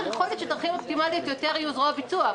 יכול להיות שדרכים אופטימאליות יותר יהיו זרוע ביצוע,